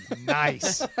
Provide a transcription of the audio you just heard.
nice